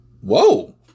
Whoa